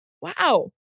Wow